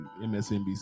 msnbc